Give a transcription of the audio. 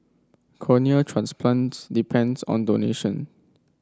cornea transplants depends on donation